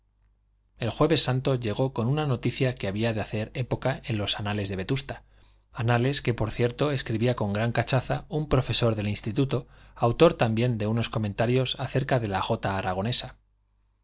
el jueves santo llegó con una noticia que había de hacer época en los anales de vetusta anales que por cierto escribía con gran cachaza un profesor del instituto autor también de unos comentarios acerca de la jota aragonesa en